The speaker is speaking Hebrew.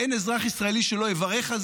אני חושב שאין אזרח ישראלי שלא יברך על זה